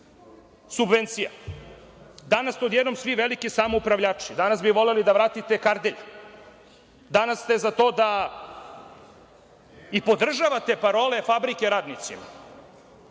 subvencija, a danas ste od jednom svi veliki samoupravljači, danas bi voleli da vratite Kardelj, danas ste za to da podržavate parole – fabrike radnicima.